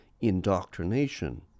indoctrination